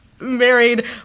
married